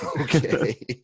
Okay